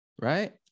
right